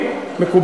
מציע לבנות.